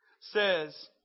says